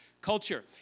culture